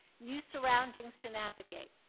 new surroundings to navigate.